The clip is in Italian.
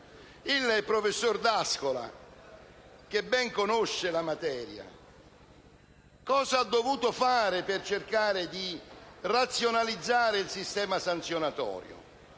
Il professor D'Ascola, che ben conosce la materia, per cercare di razionalizzare il sistema sanzionatorio